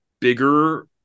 bigger